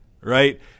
right